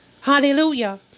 Hallelujah